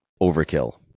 overkill